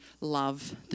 love